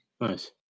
Nice